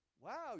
wow